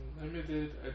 limited